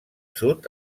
sud